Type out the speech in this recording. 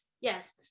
Yes